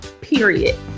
period